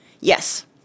Yes